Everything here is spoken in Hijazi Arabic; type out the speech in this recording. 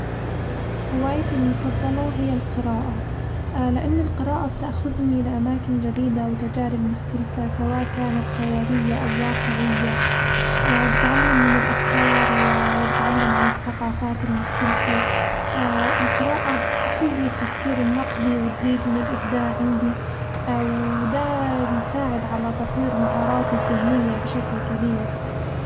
هوايتي المفضلة هي القراءة، لإن القراءة بتأخذني لأماكن جديدة وتجارب مختلفة، سواء كانت خيالية أو واقعية، بتعلم من الأفكار وع- وبتعلم عن الثقافات المختلفة، القراءة بتحفز لي التفكير النقدي وتزيد من الإبداع عندي ودا بيساعد على تطوير مهاراتي الذهنية بشكل كبير.